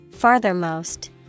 Farthermost